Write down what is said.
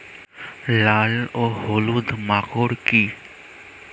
লাল ও হলুদ মাকর কী?